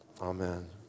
Amen